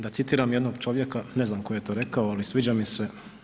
Da citiram jednog čovjeka, ne znam tko je to rekao, ali sviđa mi se.